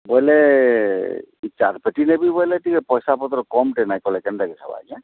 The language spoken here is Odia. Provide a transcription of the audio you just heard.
ବୋଇଲେ ଚାର ପେଟି ନେବି ବୋଇଲେ ଟିକେ ପଇସା ପତ୍ର କମଟେ ନାହିଁ କଲେ କେନ୍ତାକି ହେବ ଆଜ୍ଞା